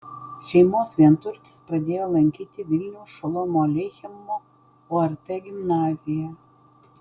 šeimos vienturtis pradėjo lankyti vilniaus šolomo aleichemo ort gimnaziją